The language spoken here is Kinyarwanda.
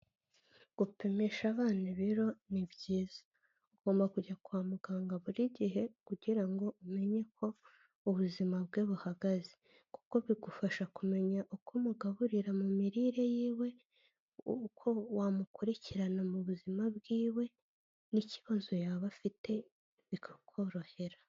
Gupimisha abana rero ni byiza, ugomba kujya kwa muganga buri gihe kugira ngo umenye ko ubuzima bwe buhagaze, kuko bigufasha kumenya uko umugaburira mu mirire yiwe, uko wamukurikirana mu buzima bwiwe n'ikibazo yaba afite bikakorohera.